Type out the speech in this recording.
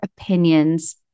opinions